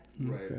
Right